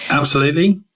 absolutely.